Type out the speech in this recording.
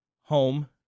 home